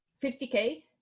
50k